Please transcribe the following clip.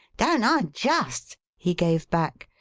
don't i just! he gave back.